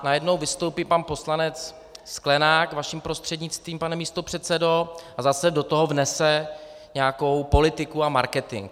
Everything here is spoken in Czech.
Najednou vystoupí pan poslanec Sklenák vaším prostřednictvím, pane místopředsedo, a zase do toho vnese nějakou politiku a marketing.